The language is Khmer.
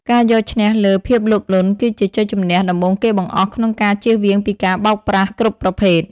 ការយកឈ្នះលើ "ភាពលោភលន់" គឺជាជ័យជម្នះដំបូងគេបង្អស់ក្នុងការចៀសវាងពីការបោកប្រាស់គ្រប់ប្រភេទ។